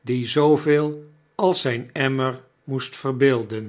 die zooveel als zyn emmer moest verbeelden